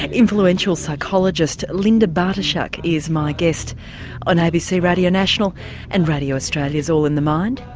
and influential psychologist linda bartoshuk is my guest on abc radio national and radio australia's all in the mind.